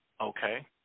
Okay